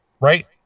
Right